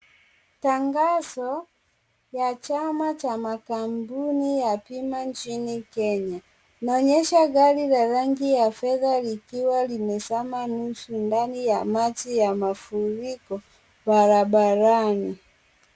Tangazo ya chama cha makampuni ya pima nchini Kenya. Inaonyesha gari la rangi ya fedha likiwa limezama nusu ndani ya maji ya mafuriko barabarani.